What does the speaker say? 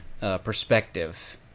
perspective